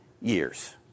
years